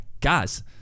guys